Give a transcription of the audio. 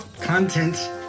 content